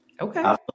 okay